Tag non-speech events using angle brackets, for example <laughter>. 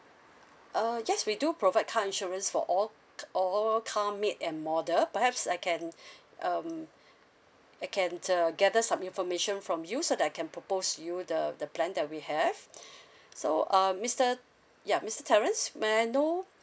uh yes we do provide car insurance for all c~ all car make and model perhaps I can <breath> um <breath> I can uh gather some information from you so that I can propose to you the the plan that we have <breath> so um mister ya mister terence may I know